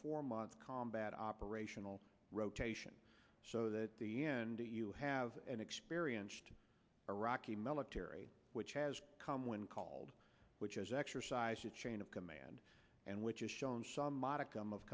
four month combat operational rotation so that the end do you have an experienced iraqi military which has come when called which has exercised a chain of command and which is shown some modicum of